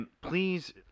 Please